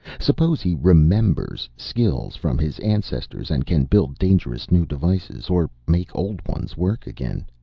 suppose he remembers skills from his ancestors, and can build dangerous new devices, or make old ones work again?